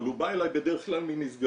אבל הוא בא אליי בדרך כלל ממסגרות: